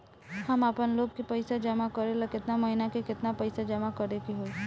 हम आपनलोन के पइसा जमा करेला केतना महीना केतना पइसा जमा करे के होई?